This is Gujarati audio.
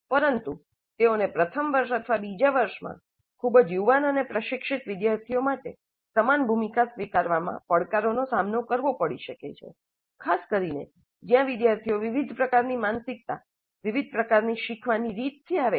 પરંતુ તેઓને પ્રથમ વર્ષ અથવા બીજા વર્ષમાં ખૂબ જ યુવાન અને પ્રશિક્ષિત વિદ્યાર્થીઓ માટે સમાન ભૂમિકા સ્વીકારવામાં પડકારોનો સામનો કરવો પડી શકે છે ખાસ કરીને જ્યાં વિદ્યાર્થીઓ વિવિધ પ્રકારની માનસિકતા વિવિધ પ્રકારની શીખવાની રીતથી આવે છે